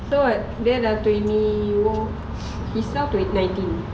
dia dah dia dah twenty one he start at nineteen